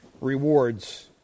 rewards